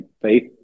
Faith